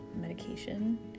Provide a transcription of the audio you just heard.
medication